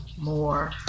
more